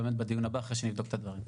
אותו בדיון הבא אחרי שנבדוק את הדברים.